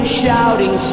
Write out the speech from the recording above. shouting